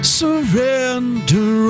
surrender